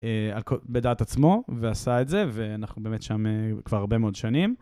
בדעת עצמו, ועשה את זה, ואנחנו באמת שם כבר הרבה מאוד שנים.